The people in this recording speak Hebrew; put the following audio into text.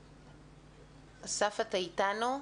אסף, אתה איתנו?